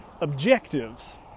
objectives